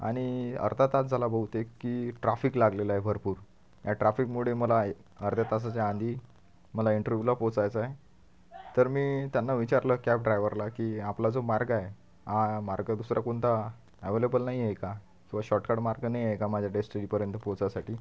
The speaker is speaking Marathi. आणि अर्धा तास झाला बहुतेक की ट्राफिक लागलेलं आहे भरपूर या ट्राफिकमुळे मला अर्ध्या तासाच्या आधी मला इंटरव्ह्यूला पोचायचंय तर मी त्यांना विचारलं कॅब ड्रायव्हरला की आपला जो मार्ग आहे हा मार्ग दुसरा कोणता अवेलेबल नाही आहे का किंवा शार्टकट मार्ग नाही आहे का माझ्या डेस्टिनीपर्यंत पोचायसाठी